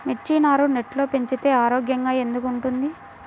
మిర్చి నారు నెట్లో పెంచితే ఆరోగ్యంగా ఎందుకు ఉంటుంది?